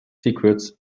secrets